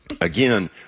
again